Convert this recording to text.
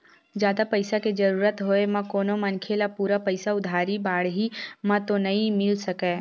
जादा पइसा के जरुरत होय म कोनो मनखे ल पूरा पइसा उधारी बाड़ही म तो नइ मिल सकय